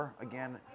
Again